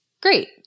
great